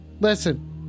listen